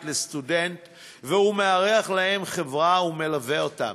לסטודנט והוא מארח להם לחברה ומלווה אותם.